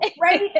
right